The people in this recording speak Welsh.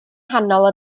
nghanol